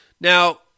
now